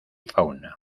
fauna